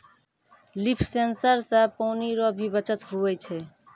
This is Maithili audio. लिफ सेंसर से पानी रो भी बचत हुवै छै